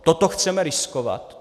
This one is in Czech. Toto chceme riskovat?